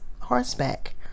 horseback